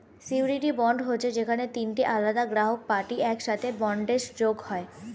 surety bond হচ্ছে যেখানে তিনটে আলাদা গ্রাহক পার্টি একসাথে বন্ডে যোগ হয়